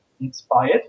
inspired